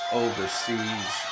overseas